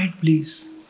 please